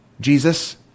Jesus